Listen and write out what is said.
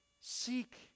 seek